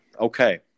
Okay